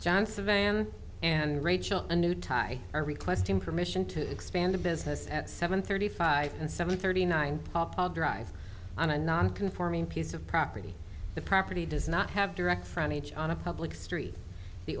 john savannah and rachel a new tie are requesting permission to expand the business at seven thirty five and seven thirty nine drive on a non conforming piece of property the property does not have direct from each on a public street the